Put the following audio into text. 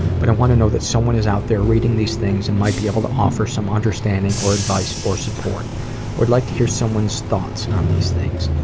but i want to know that someone is out there reading these things, and might be able to offer some understanding, or advice, or support. i would like to hear someone's thoughts on these things.